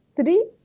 three